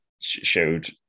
Showed